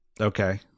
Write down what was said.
Okay